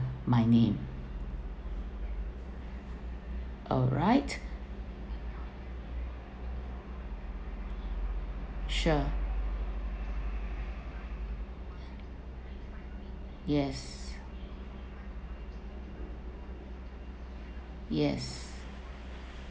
my name alright sure yes yes